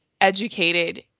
educated